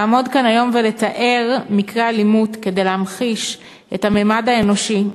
לעמוד כאן היום ולתאר מקרי אלימות כדי להמחיש את הממד האנושי,